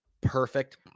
perfect